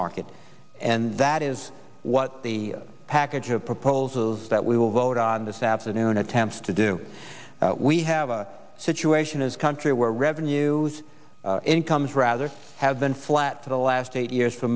market and that is what the package of proposals that we will vote on this afternoon attempts to do we have a situation as country where revenue incomes rather have been flat for the last eight years for